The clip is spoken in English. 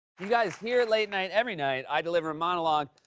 you guys, here at late night, every night i deliver a monologue.